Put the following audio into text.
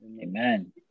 Amen